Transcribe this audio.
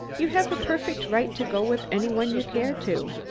you have a perfect right to go with any one you care to.